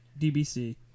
DBC